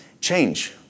change